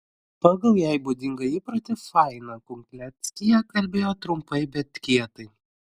pagal jai būdingą įprotį faina kuklianskyje kalbėjo trumpai bet kietai